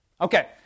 Okay